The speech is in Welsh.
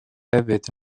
hefyd